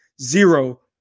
zero